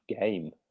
game